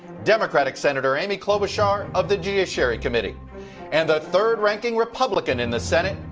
democratic senator amy klobuchar of the judiciary committee and the third ranking republican in the senate,